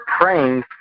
praying